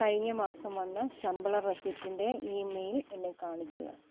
കഴിഞ്ഞ മാസം വന്ന ശമ്പള റെസീപ്റ്റിന്റെ ഈമെയിൽ എന്നെ കാണിക്കുക